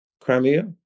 Crimea